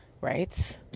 Right